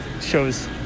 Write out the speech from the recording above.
shows